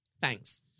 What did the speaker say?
Thanks